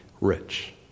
rich